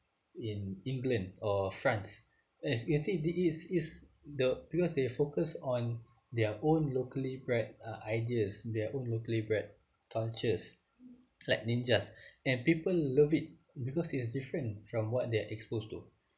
in england or france as you can see this it's it's the because they focus on their own locally breed uh ideas their own locally breed cultures like ninjas and people love it because it is different from what they are exposed to